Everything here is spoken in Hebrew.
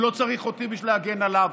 הוא לא צריך אותי בשביל להגן עליו.